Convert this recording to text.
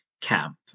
camp